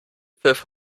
mithilfe